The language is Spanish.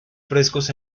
frescos